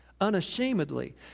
unashamedly